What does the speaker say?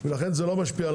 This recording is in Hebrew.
זה לכן לא משפיע על